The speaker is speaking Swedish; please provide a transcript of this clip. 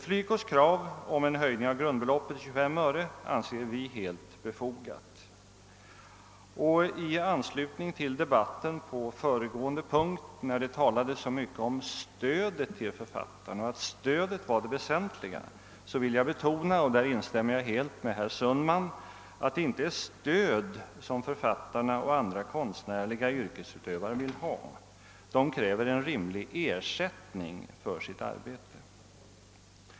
FLYCO:s krav på en höjning av grundbeloppet till 25 öre anser vi helt befogat. I anslutning till debatten på föregående punkt, där det talades så mycket om att stödet till författarna var det väsentliga, vill jag betona — och här instämmer jag helt med herr Sundman — att det inte är stöd som författare och andra konstnärliga yrkesutövare vill ha; de kräver en rimlig ersättning för sitt arbete.